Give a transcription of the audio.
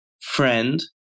Friend